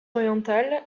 orientales